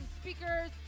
speakers